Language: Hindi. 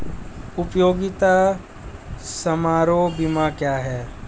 उपयोगिता समारोह बीमा क्या है?